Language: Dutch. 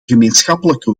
gemeenschappelijke